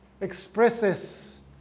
expresses